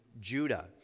judah